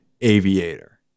aviator